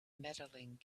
medaling